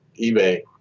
eBay